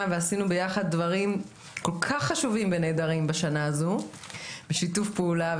ועשינו ביחד דברים כל כך חשובים ונהדרים בשנה הזו בשיתוף פעולה.